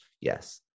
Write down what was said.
Yes